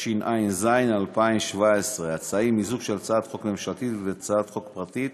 התשע"ז 2017. ההצעה היא מיזוג של הצעת חוק ממשלתית והצעת חוק פרטית